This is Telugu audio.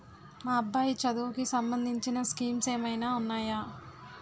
మా అబ్బాయి చదువుకి సంబందించిన స్కీమ్స్ ఏమైనా ఉన్నాయా?